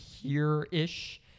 here-ish